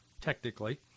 technically